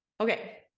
Okay